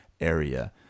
area